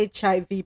HIV